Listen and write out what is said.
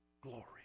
glory